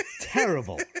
terrible